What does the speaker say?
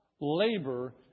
labor